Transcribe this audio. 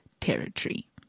territory